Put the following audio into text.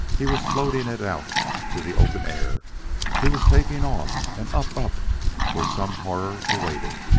he was floating it out to the open air he was taking off, and up up where some horror awaited.